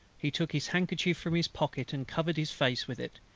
he took his handkerchief from his pocket and covered his face with it,